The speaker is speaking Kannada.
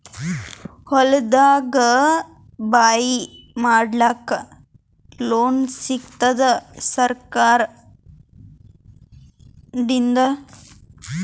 ಹೊಲದಾಗಬಾವಿ ಮಾಡಲಾಕ ಲೋನ್ ಸಿಗತ್ತಾದ ಸರ್ಕಾರಕಡಿಂದ?